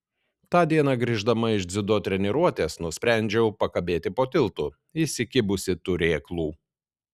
tą dieną grįždama iš dziudo treniruotės nusprendžiau pakabėti po tiltu įsikibusi turėklų